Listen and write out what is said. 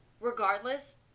Regardless